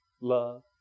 love